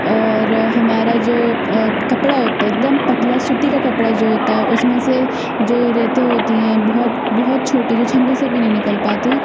और हमारा जो कपड़ा होता है एक दम पतला सूती का कपड़ा जो होता है उस में से जो रेतें होती हैं बहुत बहुत छोटी जो छन्नी से भी नहीं निकल पाती है